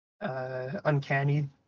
uncanny